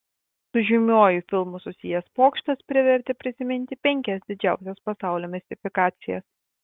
su žymiuoju filmu susijęs pokštas privertė prisiminti penkias didžiausias pasaulio mistifikacijas